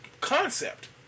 concept